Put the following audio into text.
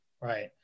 Right